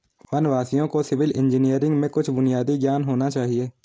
वनवासियों को civil engineering में कुछ बुनियादी ज्ञान होना चाहिए